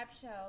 show